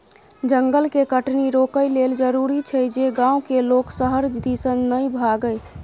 जंगल के कटनी रोकइ लेल जरूरी छै जे गांव के लोक शहर दिसन नइ भागइ